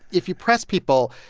if you press people,